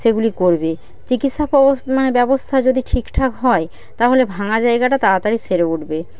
সেগুলি করবে চিকিৎসা ব্যবস্থা যদি ঠিকঠাক হয় তাহলে ভাঙা জায়গাটা তাড়াতাড়ি সেরে উঠবে